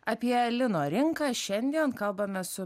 apie lino rinką šiandien kalbame su